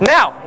Now